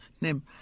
name